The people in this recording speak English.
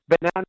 banana